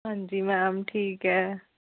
हां जी मैम ठीक ऐ